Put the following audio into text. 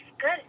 Good